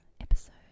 episode